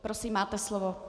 Prosím, máte slovo.